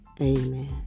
Amen